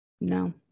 No